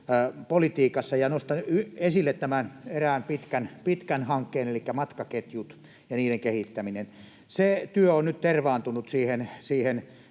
liikennepolitiikassa, ja nostan esille tämän erään pitkän hankkeen elikkä matkaketjut ja niiden kehittämisen. Se työ on nyt tervaantunut siihen